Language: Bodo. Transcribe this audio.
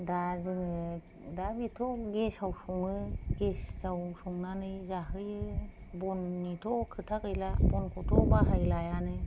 दा जोङो दाथ' गेसआव सङो गेसाव संनानै जाहोयो बननिथ' खोथा गैला बनखौथ' बाहायलायान